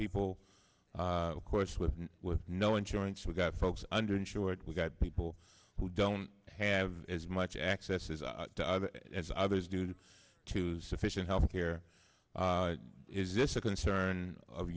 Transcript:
people of course with with no insurance we've got folks under insured we've got people who don't have as much access is as others do to sufficient health care is this a concern of